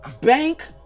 bank